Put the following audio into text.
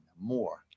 more